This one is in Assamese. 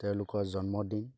তেওঁলোকৰ জন্মদিন